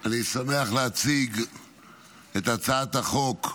אני שמח להציג את הצעת החוק,